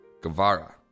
Guevara